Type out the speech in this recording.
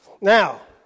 Now